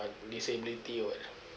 uh disability or what